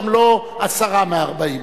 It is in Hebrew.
גם לא עשרה מה-40.